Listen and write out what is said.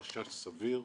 חשש סביר,